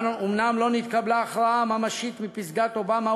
אומנם לא נתקבלה ההכרעה הממשית מפסגת אובמה,